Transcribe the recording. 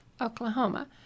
Oklahoma